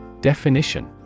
definition